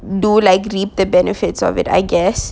do like reap the benefits of it I guess